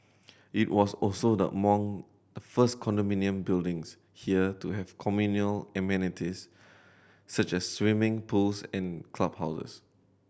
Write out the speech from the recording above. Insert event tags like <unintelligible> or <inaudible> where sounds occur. it was also among the first condominium buildings here to have <unintelligible> amenities such as swimming pools and clubhouses